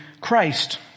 Christ